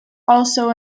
also